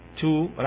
two